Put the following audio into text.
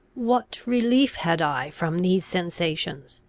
what relief had i from these sensations?